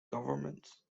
governments